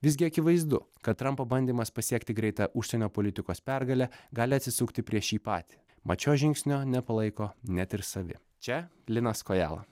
visgi akivaizdu kad trampo bandymas pasiekti greitą užsienio politikos pergalę gali atsisukti prieš jį patį mat šio žingsnio nepalaiko net ir savi čia linas kojala